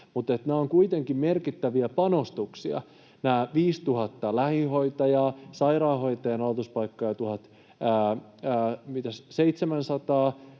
nämä ovat kuitenkin merkittäviä panostuksia: 5 000 lähihoitajaa, sairaanhoitajan aloituspaikkoja 700,